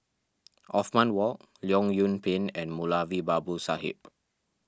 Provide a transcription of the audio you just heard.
Othman Wok Leong Yoon Pin and Moulavi Babu Sahib